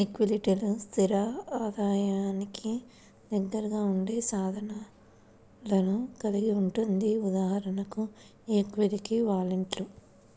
ఈక్విటీలు, స్థిర ఆదాయానికి దగ్గరగా ఉండే సాధనాలను కలిగి ఉంటుంది.ఉదాహరణకు ఈక్విటీ వారెంట్లు